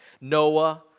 Noah